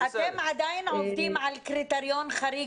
אתם עדיין עובדים על קריטריון חריג